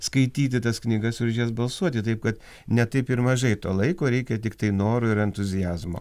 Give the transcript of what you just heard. skaityti tas knygas ir už jas balsuoti taip kad ne taip ir mažai to laiko reikia tiktai noro ir entuziazmo